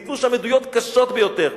ניתנו שם עדויות קשות ביותר.